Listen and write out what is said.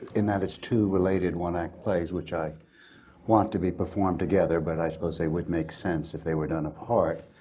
in that it's two related one-act plays, which i want to be performed together, but i suppose they would make sense if they were done apart.